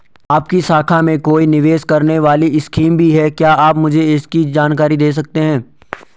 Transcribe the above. आपकी शाखा में कोई निवेश करने वाली स्कीम भी है क्या आप मुझे इसकी जानकारी दें सकते हैं?